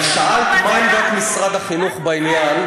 אבל שאלת מה עמדת משרד החינוך בעניין,